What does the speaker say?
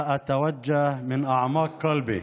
להלן תרגומם: אני פונה מעומק ליבי,